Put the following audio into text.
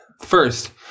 First